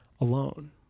alone